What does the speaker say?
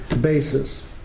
basis